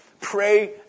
pray